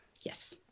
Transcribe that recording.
Yes